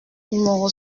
numéro